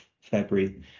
February